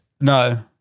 no